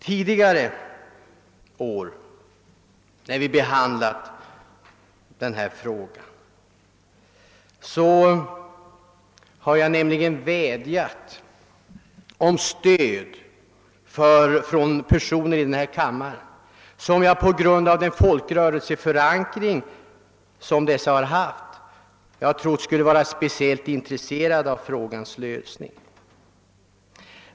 Tidigare år, när vi behandlat denna fråga, har jag nämligen vädjat om stöd från personer i denna kammare, vilka jag på grund av den folkrörelseförankring de haft har ansett böra ha speciellt intresse av frågans lösning.